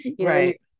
Right